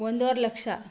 ಒಂದೂವರೆ ಲಕ್ಷ